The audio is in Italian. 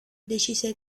decise